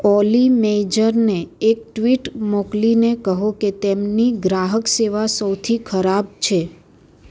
ઓલી મેજરને એક ટ્વિટ મોકલીને કહો કે તેમની ગ્રાહક સેવા સૌથી ખરાબ છે